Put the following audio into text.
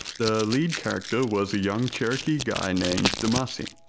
the lead character was a young cherokee guy named domasi,